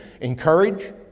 encourage